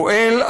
פועל,